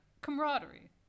Camaraderie